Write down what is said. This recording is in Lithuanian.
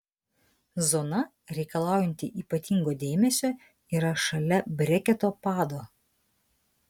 zona reikalaujanti ypatingo dėmesio yra šalia breketo pado